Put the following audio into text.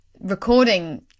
recording